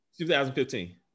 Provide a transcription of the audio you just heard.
2015